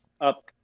up